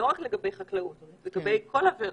לא רק לגבי חקלאות, לגבי כל עבירה,